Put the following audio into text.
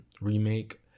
remake